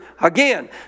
again